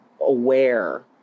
aware